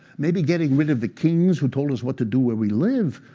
maybe getting rid of the kings who told us what to do where we live